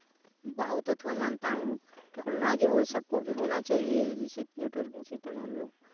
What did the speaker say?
बहुत अथवा मानता हूँ टेक्नोलॉजी वो सबको होना चाहिए जैसे नेटवर्किंग सिस्टम हमलोग